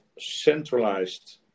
centralized